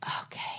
Okay